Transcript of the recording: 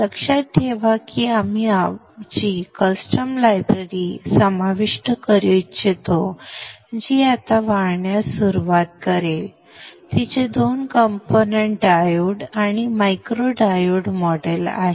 लक्षात ठेवा की आपण कस्टम लायब्ररी समाविष्ट करू इच्छितो जी आता वाढण्यास सुरवात करेल तिचे दोन कंपोनेंट्स डायोड आणि मॅक्रो डायोड मॉडेल आहेत